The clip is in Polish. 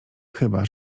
chyba